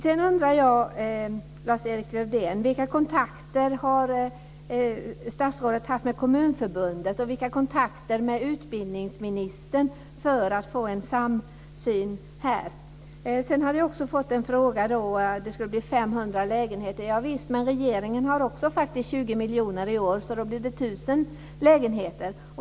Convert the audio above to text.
Sedan undrar jag, Lars-Erik Lövdén: Vilka kontakter har statsrådet haft med Kommunförbundet och med utbildningsministern för att få en samsyn i detta sammanhang? Sedan fick jag en fråga som handlade om att det skulle bli 500 lägenheter. Ja visst, men regeringen har faktiskt också 20 miljoner kronor i år, och därför blir det 1 000 lägenheter.